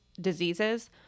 diseases